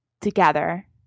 together